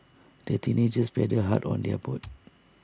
the teenagers paddled hard on their boat